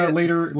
later